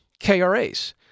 KRAs